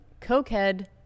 cokehead